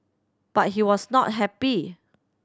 but he was not happy